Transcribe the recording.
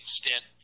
extent